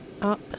up